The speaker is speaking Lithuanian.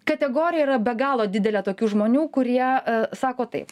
kategorija yra be galo didelė tokių žmonių kurie sako taip